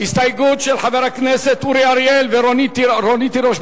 הסתייגות של חברי הכנסת אורי אריאל ורונית תירוש,